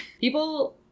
People